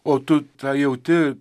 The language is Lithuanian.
o tu tą jauti